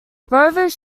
rovers